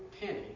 penny